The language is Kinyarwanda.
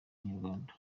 abanyarwanda